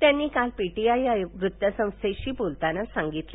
त्यांनी काल P T I या वृत्त संस्थेशी बोलताना सांगितलं